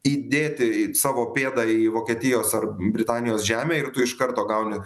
įdėti savo pėdą į vokietijos ar britanijos žemę ir tu iš karto gauni